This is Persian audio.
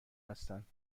هستند